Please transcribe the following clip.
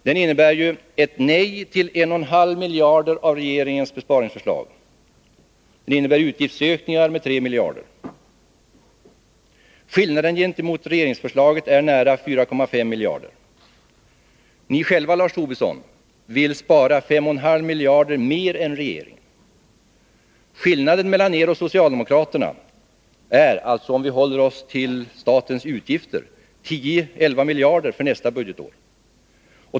Den innebär ju ett nej till 1,5 miljarder av regeringens besparingsförslag, och den innebär utgiftsökningar med 3 miljarder. Skillnaden gentemot regeringsförslaget är nära 4,5 miljarder. Ni själva, Lars Tobisson, vill spara 5,5 miljarder mer än regeringen. Skillnaden mellan er och socialdemokraterna är — om vi håller oss till statens utgifter — 10-11 miljarder för nästa budgetår.